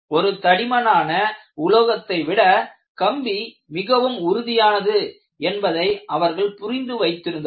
ஒரு தடிமனான உலோகத்தை விட கம்பி மிகவும் உறுதியானது என்பதை அவர்கள் புரிந்து வைத்திருந்தார்கள்